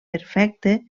perfecte